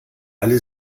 alle